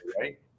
Right